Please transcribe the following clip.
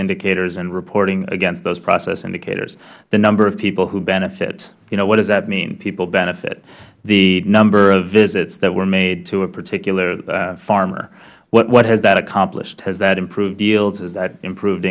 indicators and reporting against those process indicators the number of people who benefit what does that mean people benefit the number of visits that were made to a particular farmer what has that accomplished has that improved yields has that improved